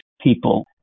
People